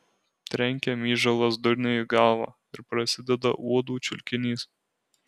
trenkia myžalas durniui į galvą ir prasideda uodų čiulkinys